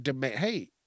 Hey